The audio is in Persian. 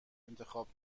انتخاب